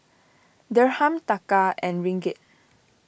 Dirham Taka and Ringgit